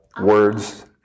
words